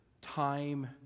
time